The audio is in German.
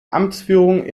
amtsführung